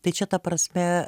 tai čia ta prasme